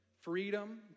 freedom